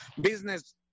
business